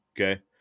Okay